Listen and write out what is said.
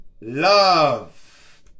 love